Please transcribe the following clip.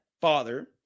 father